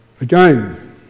Again